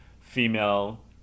female